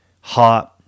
hot